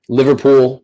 liverpool